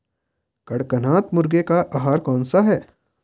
कड़कनाथ मुर्गे का आहार कौन सा है?